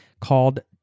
called